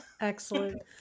Excellent